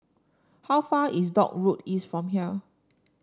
how far is Dock Road East from here